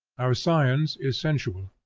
our science is sensual,